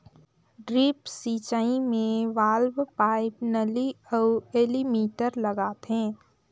drip सिंचई मे valve, pipe, नली अउ एलीमिटर लगाथें